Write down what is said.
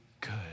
good